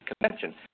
convention